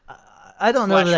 i don't know